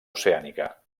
oceànica